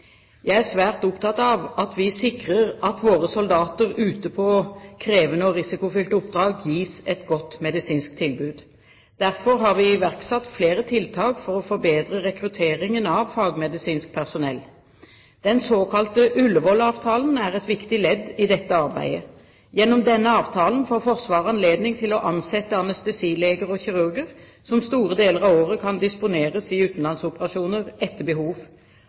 Jeg er svært opptatt av at vi sikrer at våre soldater ute på krevende og risikofylte oppdrag gis et godt medisinsk tilbud. Derfor har vi iverksatt flere tiltak for å forbedre rekrutteringen av fagmedisinsk personell. Den såkalte Ullevål-avtalen er et viktig ledd i dette arbeidet. Gjennom denne avtalen får Forsvaret anledning til å ansette anestesileger og kirurger som store deler av året kan disponeres i utenlandsoperasjoner etter behov.